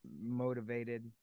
motivated